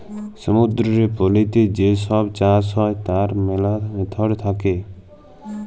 সমুদ্দুরের পলিতে যা ছব চাষ হ্যয় তার ম্যালা ম্যাথড থ্যাকে